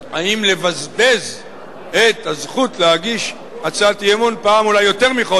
האם לבזבז את הזכות להגיש הצעת אי-אמון אולי יותר מפעם בחודש